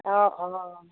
অঁ অঁ